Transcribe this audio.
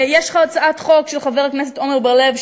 יש הצעת חוק של חבר הכנסת עמר בר-לב,